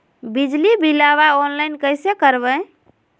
बिजली बिलाबा ऑनलाइन कैसे करबै?